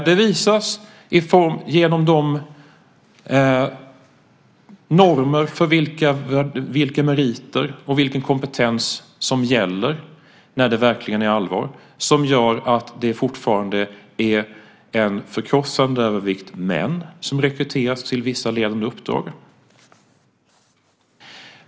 Det visas genom de normer för vilka meriter och vilken kompetens som gäller när det verkligen är allvar och som gör att det fortfarande är en förkrossande övervikt män som rekryteras till vissa ledande uppdrag.